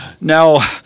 Now